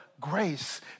Grace